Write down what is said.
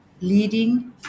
leading